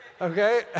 okay